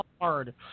hard